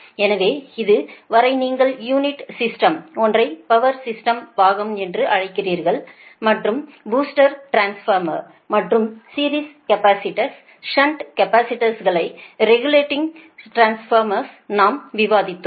எனவே இது வரை நீங்கள் யூனிட் சிஸ்டம் ஒன்றை பவர் சிஸ்டம் பாகம் என்று அழைக்கிறீர்கள் மற்றும் பூஸ்டர் டிரான்ஸ்ஃபார்மர்கள் மற்றும் சீரிஸ் கேபஸிடர்ஸ் ஷன்ட் கேபஸிடர்ஸ்களை ரெகுலேடிங் டிரான்ஸ்ஃபார்மர்களை நாம் விவாதித்தோம்